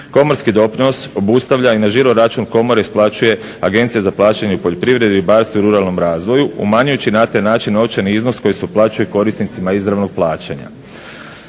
Komorski doprinos obustavlja i na žiro račun Komore isplaćuje Agencija za plaćanje u poljoprivredi, ribarstvu i ruralnom razvoju umanjujući na taj način novčani iznos koji se uplaćuje korisnicima izravnog plaćanja.